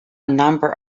number